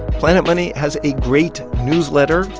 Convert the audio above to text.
planet money has a great newsletter.